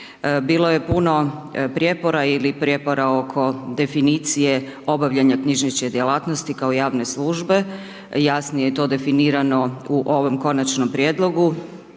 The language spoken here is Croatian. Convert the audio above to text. Bilo je puno prijepora ili prijepora oko definicije obavljanja knjižnične djelatnosti kao javne službe. Jasnije je to definirano u ovom Konačnom prijedlogu